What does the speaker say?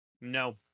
No